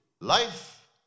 life